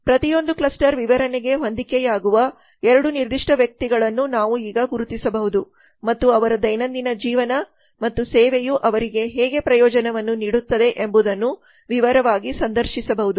ಪ್ರತಿಯೊಂದು ಕ್ಲಸ್ಟರ್ ವಿವರಣೆಗೆ ಹೊಂದಿಕೆಯಾಗುವ 2 ನಿರ್ದಿಷ್ಟ ವ್ಯಕ್ತಿಗಳನ್ನು ನಾವು ಈಗ ಗುರುತಿಸಬಹುದು ಮತ್ತು ಅವರ ದೈನಂದಿನ ಜೀವನ ಮತ್ತು ಸೇವೆಯು ಅವರಿಗೆ ಹೇಗೆ ಪ್ರಯೋಜನವನ್ನು ನೀಡುತ್ತದೆ ಎಂಬುದನ್ನು ವಿವರವಾಗಿ ಸಂದರ್ಶಿಸಬಹುದು